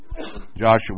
Joshua